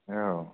औ